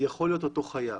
יכול להיות אותו חייב,